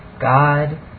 God